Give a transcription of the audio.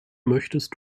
möchtest